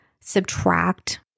subtract